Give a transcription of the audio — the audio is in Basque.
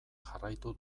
jarraitu